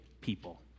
people